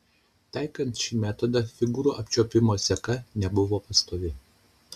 taikant šį metodą figūrų apčiuopimo seka nebuvo pastovi